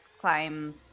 climb